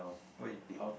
what you pick